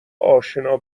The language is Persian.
آشنا